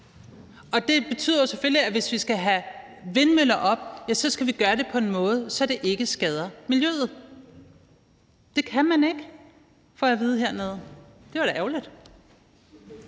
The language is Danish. og det betyder jo selvfølgelig, at hvis vi skal have vindmøller op, skal vi gøre det på en måde, så det ikke skader miljøet. Det kan man ikke, får jeg at vide hernedefra – det var da ærgerligt.